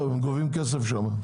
גובים כסף שם.